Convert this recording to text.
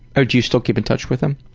ah do you still keep in touch with them?